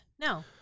No